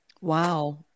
Wow